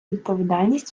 відповідальність